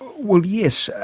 well yes,